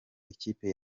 ikipe